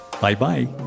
Bye-bye